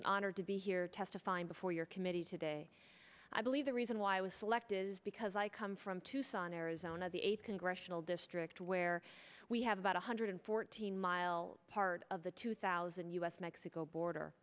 an honor to be here testifying before your committee today i believe the reason why i was selected is because i come from tucson arizona the eighth congressional district where we have about one hundred fourteen mile part of the two thousand us mexico border